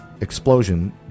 explosion